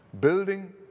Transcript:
building